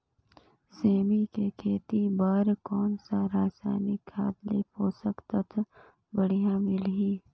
सेमी के खेती बार कोन सा रसायनिक खाद ले पोषक तत्व बढ़िया मिलही?